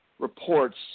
reports